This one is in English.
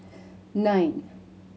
nine